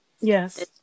yes